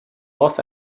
los